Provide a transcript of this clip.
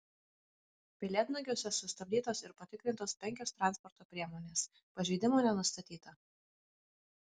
pelėdnagiuose sustabdytos ir patikrintos penkios transporto priemonės pažeidimų nenustatyta